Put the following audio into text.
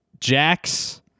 Jax